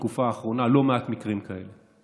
ראינו בתקופה האחרונה לא מעט מקרים כאלה.